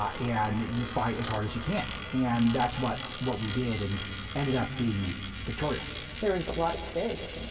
ah and you fight as hard as you can. and that's what what we did, and ended up being victorious. there was a lot at stake at the moment.